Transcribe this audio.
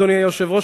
אדוני היושב-ראש,